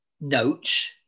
notes